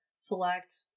Select